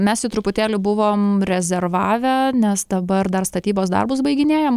mes truputėlį buvom rezervavę nes dabar dar statybos darbus baiginėjam